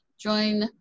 join